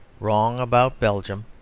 wrong about belgium,